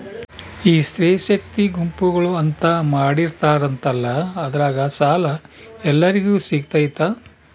ಈ ಸ್ತ್ರೇ ಶಕ್ತಿ ಗುಂಪುಗಳು ಅಂತ ಮಾಡಿರ್ತಾರಂತಲ ಅದ್ರಾಗ ಸಾಲ ಎಲ್ಲರಿಗೂ ಸಿಗತೈತಾ?